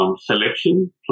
Selection